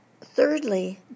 Thirdly